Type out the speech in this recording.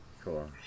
Cool